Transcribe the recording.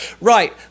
Right